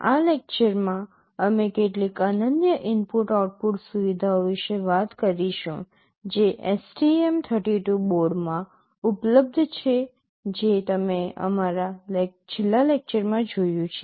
આ લેક્ચરમાં અમે કેટલીક અનન્ય ઇનપુટ આઉટપુટ સુવિધાઓ વિશે વાત કરીશું જે STM32 બોર્ડમાં ઉપલબ્ધ છે જે તમે અમારા છેલ્લા લેક્ચરમાં જોયું છે